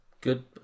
Good